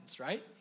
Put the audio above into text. right